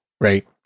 right